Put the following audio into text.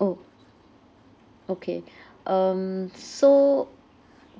orh okay um so